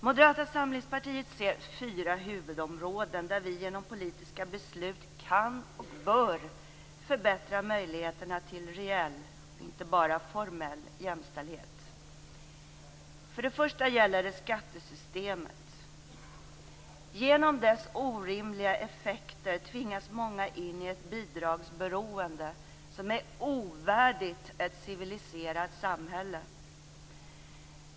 Moderata samlingspartiet ser fyra huvudområden där vi genom politiska beslut kan och bör förbättra möjligheterna till reell - inte bara formell - jämställdhet. För det första gäller det skattesystemet. Genom dess orimliga effekter tvingas många in i ett bidragsberoende som är ovärdigt ett civiliserat samhälle.